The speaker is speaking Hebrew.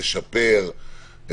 לשפר,